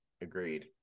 Agreed